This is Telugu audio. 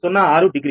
06 డిగ్రీ